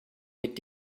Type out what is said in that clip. mit